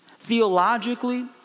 Theologically